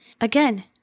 Again